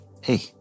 Hey